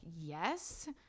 yes